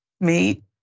Meet